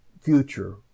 future